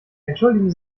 entschuldigen